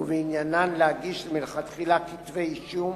ובעניינן להגיש מלכתחילה כתבי אישום